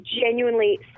genuinely